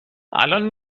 الان